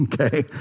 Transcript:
Okay